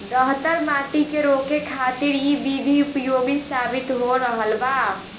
दहतर माटी के रोके खातिर इ विधि उपयोगी साबित हो रहल बा